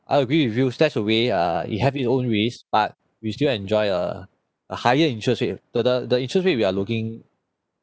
I agree with you stashaway err it have it own risks but we still enjoy err a higher interest rate the the the interest rate we are looking